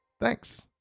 Thanks